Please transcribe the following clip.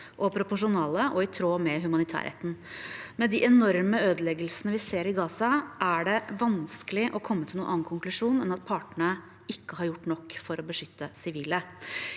og i tråd med humanitærretten. Med de enorme ødeleggelsene vi ser i Gaza, er det vanskelig å komme til noen annen konklusjon enn at partene ikke har gjort nok for å beskytte sivile.